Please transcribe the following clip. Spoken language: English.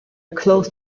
close